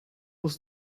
was